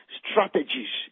strategies